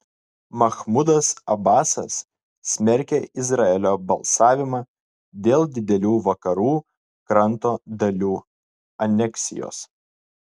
machmudas abasas smerkia izraelio balsavimą dėl didelių vakarų kranto dalių aneksijos